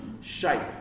shape